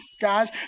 guys